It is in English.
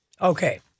Okay